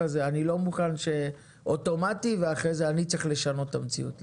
אני לא מוכן שיהיה אוטומטי ואחר כך אני צריך לשנות את המציאות.